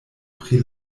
pri